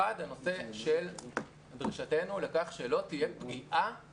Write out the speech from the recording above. האחת זה דרישתנו לכך שלא תהיה פגיעה